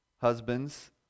Husbands